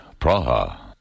Praha